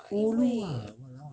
ulu ah !walao!